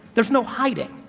there is no hiding,